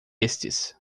estes